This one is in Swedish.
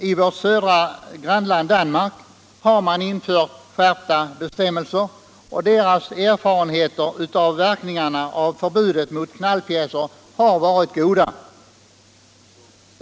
I vårt södra grannland Danmark har man infört skärpta bestämmelser, och danskarnas erfarenheter av verkningarna av förbudet mot knallpjäser har varit goda.